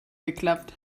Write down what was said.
geklappt